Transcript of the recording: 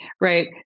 Right